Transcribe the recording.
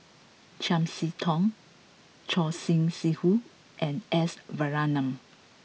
Chiam See Tong Choor Singh Sidhu and S Varathan